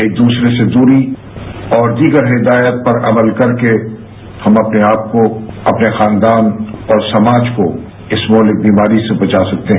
एक दूसरे से दूरी और दीगर हिदायत पर अमल करके हम अपने आपको अपने खानदान और समाज को इस मोहलिक बीमारी से बचा सकते हैं